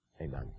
Amen